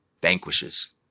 vanquishes